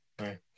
right